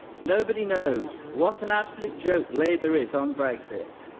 nobody knows. what an absolute joke labour is on brexit.